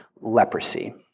leprosy